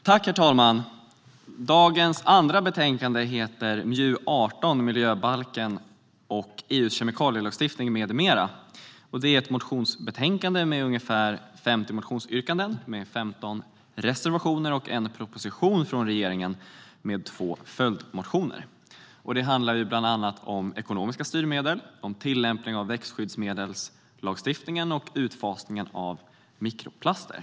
Herr talman! Dagens andra betänkande är 2015/16:MJU18 Miljöbalken och EU:s kemikalielagstiftning m.m. Det är ett motionsbetänkande som behandlar ungefär 50 motionsyrkanden, 15 reservationer samt en proposition från regeringen med två följdmotioner. Det handlar bland annat om ekonomiska styrmedel, tillämpning av växtskyddsmedelslagstiftningen och utfasningen av mikroplaster.